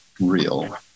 real